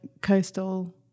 coastal